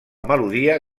melodia